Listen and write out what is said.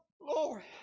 Lord